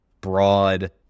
broad